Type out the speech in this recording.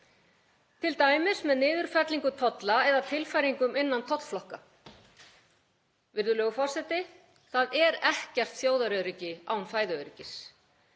t.d. með niðurfellingu tolla eða tilfæringum innan tollflokka. Virðulegur forseti. Það er ekkert þjóðaröryggi án fæðuöryggis.